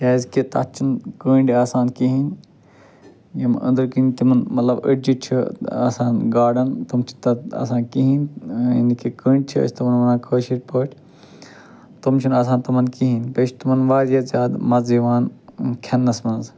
کیٚازِ کہِ تتھ چھِ نہٕ کٔنٛڈۍ آسان کہینۍ یِم أنٛدٕر کِںۍ تِمن مطلب أڈجہِ چھِ آسان گاڈن تِم چھِ تَتھ آسان کِہیٖنۍ یعنی کہِ کٔنٛڈۍ چھِ أسۍ تِمن ونان کٲشرۍ پٲٹھۍ تِم چھِنہٕ تِمن آسان کہیٖنۍ بییٚہِ واریاہ زیادٕ مزٕ یِوان کھٮ۪نس منٛز